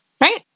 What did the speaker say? right